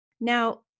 Now